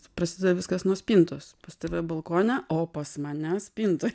prasideda viskas nuo spintos pas tave balkone o pas mane spintoj